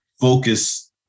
focus